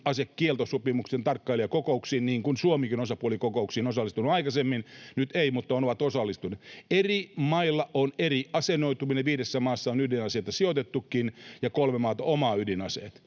ydinasekieltosopimuksen tarkkailijakokouksiin, niin kuin Suomikin on osapuolikokouksiin osallistunut aikaisemmin — nyt ei, mutta on osallistunut. Eri mailla on eri asennoituminen. Viidessä maassa on ydinaseita sijoitettunakin, ja kolme maata omaa ydinaseita.